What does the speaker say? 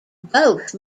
both